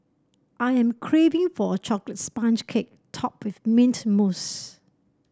I am craving for a chocolate sponge cake topped with mint mousse